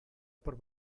por